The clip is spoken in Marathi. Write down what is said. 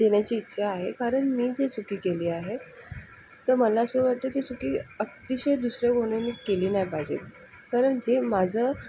देण्याची इच्छा आहे कारण मी जे चूक केली आहे तर मला असं वाटतं ती चूक अतिशय दुसऱ्या कोणी केली नाही पाहिजे कारण जे माझं